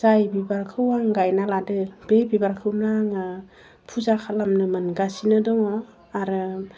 जाय बिबारखौ आं गायना लादों बे बिबारखौनो आङो फुजा खालामनो मोनगासिनो दङ आरो